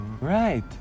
Right